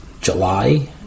July